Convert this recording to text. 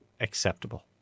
acceptable